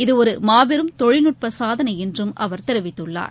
இதுஒருமாபெரும் தொழில்நுட்பசாதனைஎன்றும் அவர் தெரிவித்துள்ளார்